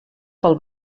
pel